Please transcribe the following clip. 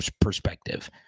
perspective